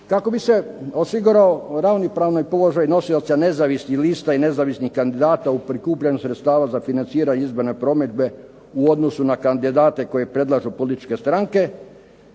Kako bi se osigurao ravnopravni položaj nosioca nezavisnih lista i nezavisnih kandidata u prikupljanju sredstava za financiranje izborne promidžbe u odnosu na kandidate koje predlažu političke stranke,